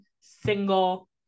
single